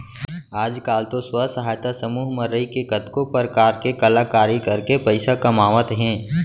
आज काल तो स्व सहायता समूह म रइके कतको परकार के कलाकारी करके पइसा कमावत हें